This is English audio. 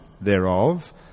thereof